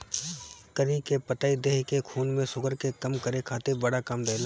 करी के पतइ देहि के खून में शुगर के कम करे खातिर बड़ा काम देला